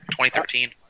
2013